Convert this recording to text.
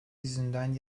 yüzünden